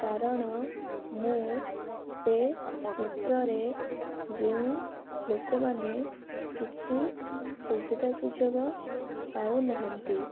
କାରଣ ମୁଁ ସେ ଚିତ୍ରରେ ଯେଉଁ ଲୋକମାନେ କିଛି ସୁବିଧା ସୁଯୋଗ ପାଉନାହାନ୍ତି